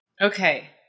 Okay